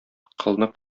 кылны